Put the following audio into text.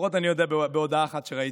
לפחות אני יודע מהודעה אחת שראיתי,